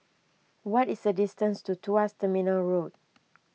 what is the distance to Tuas Terminal Road